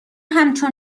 همچون